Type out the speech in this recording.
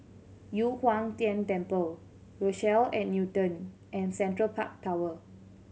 Yu Huang Tian Temple Rochelle at Newton and Central Park Tower